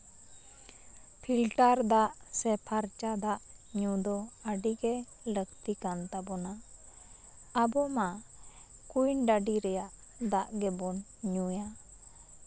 filter ᱫᱟᱜ ᱥᱮ ᱯᱷᱟᱨᱪᱟ ᱫᱟᱜ ᱧᱩ ᱫᱚ ᱟᱹᱰᱤᱜᱮ ᱞᱟᱹᱠᱛᱤ ᱠᱟᱱ ᱛᱟᱵᱳᱱᱟ ᱟᱵᱚ ᱢᱟᱱᱣᱟ ᱠᱩᱧ ᱰᱟᱹᱰᱤ ᱨᱮᱭᱟᱜ ᱫᱟᱜ ᱜᱮᱵᱚᱱ ᱧᱩᱭᱟ